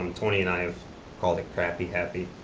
um tony and i have called it crappy-happy,